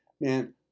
man